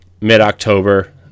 mid-October